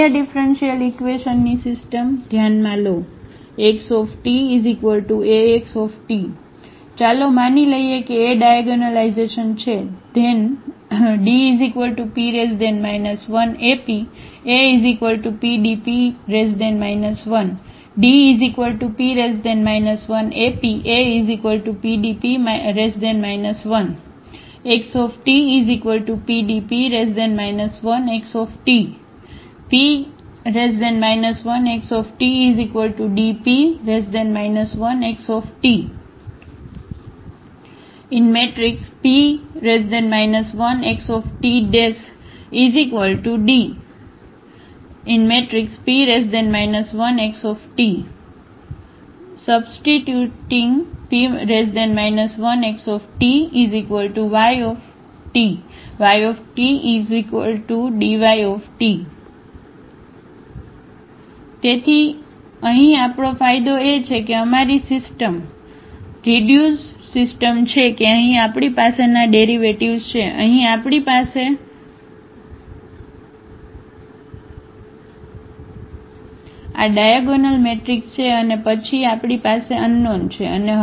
linear differential ઈક્વેશનની system ધ્યાનમાં લો XtAX ચાલો માની લઈએ કે A ડાયાગોનલાઇઝેશન છે Then DP 1AP ⇒APDP 1 તો DP 1AP ⇒APDP 1 ∴XtPDP 1X P 1XtDP 1X P 1XtDP 1Xt Substituting P 1XtY આપણે મળશે YtDYt તેથી અહીં આપણો ફાયદો એ છે કે અમારી સિસ્ટમ રીડયુઝડ સિસ્ટમ છે કે અહીં આપણી પાસેના ડેરિવેટિવ્ઝ છે અહીં આપણી પાસે આ ડાયાગોનલ મેટ્રિક્સ છે અને પછી આપણી પાસે અનનોન છે